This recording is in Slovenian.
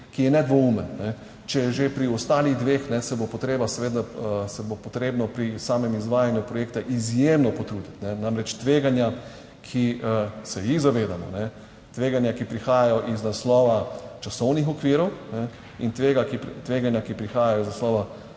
ki je nedvoumen, če je že pri ostalih dveh, se bo potrebno seveda, se bo potrebno pri samem izvajanju projekta izjemno potruditi. Namreč, tveganja, ki se jih zavedamo, tveganja, ki prihajajo iz naslova časovnih okvirov in tvega..., tveganja, ki prihajajo iz naslova